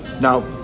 now